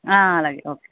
అలాగే ఓకే